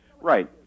Right